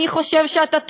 אני חושב שאתה טועה,